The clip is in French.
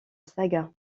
saga